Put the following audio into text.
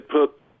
put